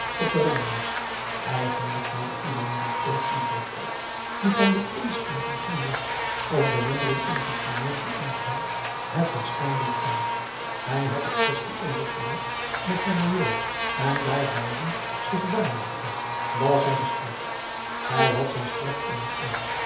op de ranglijst eigenlijk nam ieder militair autoriteit die van dit inschuiven geen last of belemmering in zijn promotie ondervond het van schermbeek kwalijk hij had er quaestie over gehad met zijn p a daum de van der lindens c s onder ps maurits majoor en daar beiden zich warm maakten was hij gestraft hij had zijn straf ondergaan